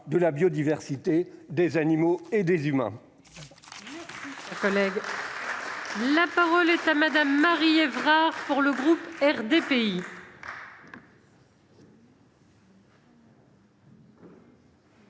de la biodiversité, des animaux et des êtres humains.